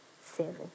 seven